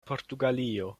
portugalio